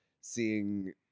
seeing